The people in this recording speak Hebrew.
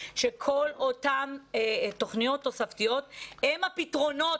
שכל אותן תוכניות תוספתיות הן הפתרונות.